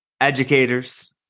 educators